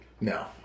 No